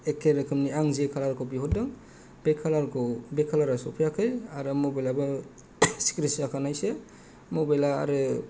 एक्के रोखोमनि आं जे कालारखौ बिहरदों बे कालारखौ बे कालारा सफैयाखै आरो मबाइलाबो स्क्रेत्स जाखानायसो मबाइला आरो